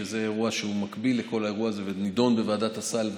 שהוא אירוע מקביל לכל האירוע הזה ונדון בוועדת הסל.